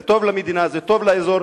זה טוב למדינה, זה טוב לאזור.